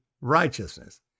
righteousness